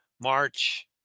March